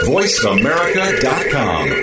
VoiceAmerica.com